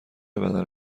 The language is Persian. بدن